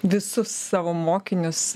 visus savo mokinius